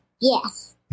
Yes